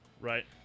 Right